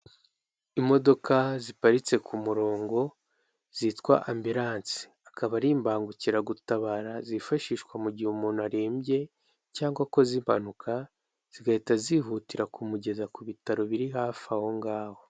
Imodoka ziparitse ku murongo, zitwa amburanse akaba ari imbangukiragutabara zifashishwa mu gihe umuntu arembye, cyangwa akoze impanuka zigahita zihutira kumugeza ku bitaro biri hafi aho ngaho.